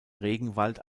regenwald